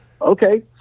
Okay